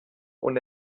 und